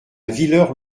villers